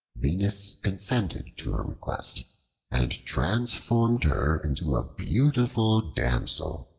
venus consented to her request and transformed her into a beautiful damsel,